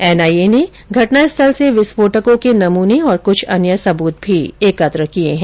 NIA ने घटनास्थल से विस्फोटकों के नमूने और कृछ अन्य सबूत भी एकत्र किए हैं